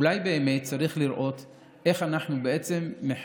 אולי באמת צריך לראות איך אנחנו מחייבים,